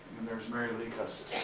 and there's mary lee custis.